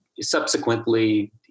subsequently